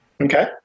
Okay